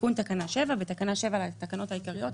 תיקון תקנה 7. בתקנה 7 לתקנות העיקריות,